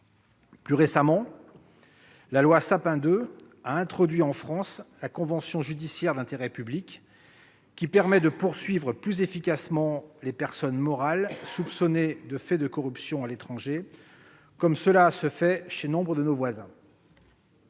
Plus récemment, la loi Sapin II a introduit en France la convention judiciaire d'intérêt public qui permet de poursuivre plus efficacement les personnes morales soupçonnées de faits de corruption à l'étranger, comme cela se fait chez nombre de nos voisins.